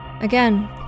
Again